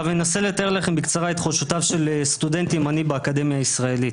אנסה לתאר לכם בקצרה את תחושותיו של סטודנט ימני באקדמיה הישראלית.